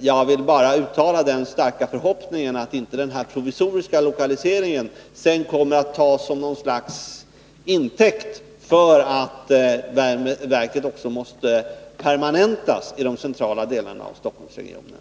Jag vill bara uttala den starka förhoppningen att den här provisoriska lokaliseringen sedan inte kommer att tas som något slags intäkt för att verket också måste permanentas i de centrala delarna av Stockholmsregionen.